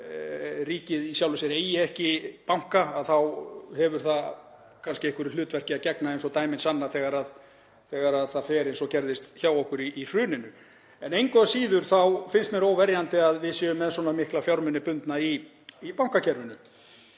að ríkið eigi í sjálfu sér ekki banka þá hefur það kannski einhverju hlutverki að gegna, eins og dæmin sanna, þegar það fer eins og gerðist hjá okkur í hruninu. Engu að síður finnst mér óverjandi að við séum með svona mikla fjármuni bundna í bankakerfinu.